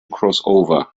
crossover